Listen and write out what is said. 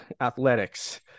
athletics